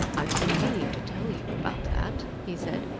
i've been meaning to tell you about that, he said.